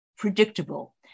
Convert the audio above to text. predictable